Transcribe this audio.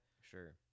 sure